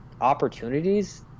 opportunities